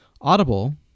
Audible